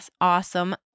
awesome